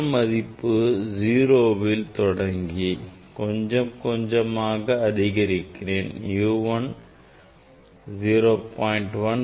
U 1 மதிப்பை 0இல் தொடங்கி கொஞ்சம்கொஞ்சமாக அதிகரிக்கிறேன் U 1 0